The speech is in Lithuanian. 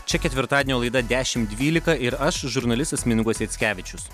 čia ketvirtadienio laida dešimt dvylika ir aš žurnalistas mindaugas jackevičius